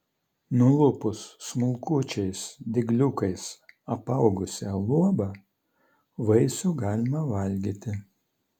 nulupus smulkučiais dygliukais apaugusią luobą vaisių galima valgyti